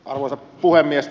arvoisa puhemies